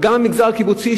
וגם במגזר הקיבוצי,